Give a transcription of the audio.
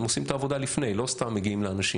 הם עושים את העבודה לפני, לא סתם מגיעים לאנשים.